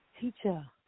teacher